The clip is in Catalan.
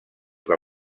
que